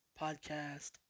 Podcast